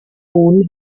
hohen